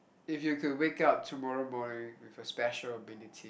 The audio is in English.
if you could wake up tomorrow morning with a special ability